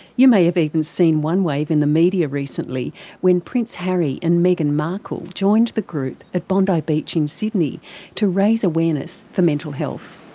you may have even seen onewave in the media recently when prince harry and meghan markle joined the group at bondi beach in sydney to raise awareness for mental health.